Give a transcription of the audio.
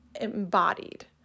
embodied